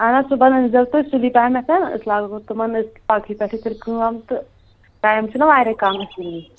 اہن حظ صُبحن أنۍ زیو تُہۍ سُلی پہنَتن أسۍ لاگو تِمن پگہٕے پٮ۪ٹھ تیٚلہِ کٲم تہٕ ٹایم چُھنا واریاہ کَم اِسی لیے